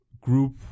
group